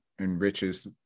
enriches